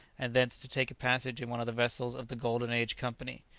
and thence to take a passage in one of the vessels of the golden age company,